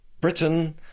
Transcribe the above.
Britain